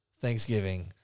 Thanksgiving